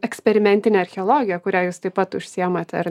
eksperimentinė archeologija kuria jūs taip pat užsiimate ar